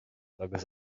agus